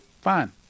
fine